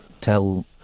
tell